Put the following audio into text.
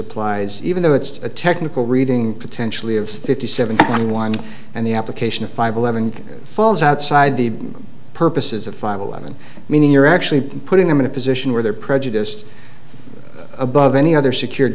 applies even though it's a technical reading potentially of fifty seven twenty one and the application of five eleven falls outside the purposes of five eleven meaning you're actually putting them in a position where they're prejudiced above any other secured